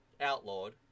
outlawed